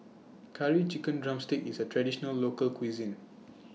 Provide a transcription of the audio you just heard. Curry Chicken Drumstick IS A Traditional Local Cuisine